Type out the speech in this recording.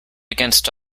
against